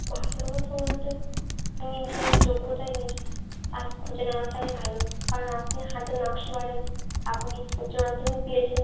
ভালো হতো বলতে যোগ্যতায় নিজে কাজ খুঁজে নেওয়াটাই ভালো কারণ আপনি হাতের নকশা পারেন আপনি উচ্চ মাধ্যমিক দিয়েছেন